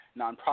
nonprofit